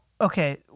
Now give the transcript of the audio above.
Okay